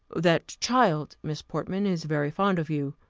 that child, miss portman, is very fond of you,